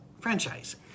franchise